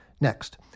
Next